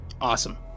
Awesome